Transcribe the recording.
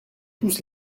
tous